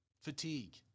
fatigue